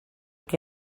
què